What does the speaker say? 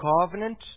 covenant